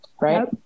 right